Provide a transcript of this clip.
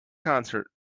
concert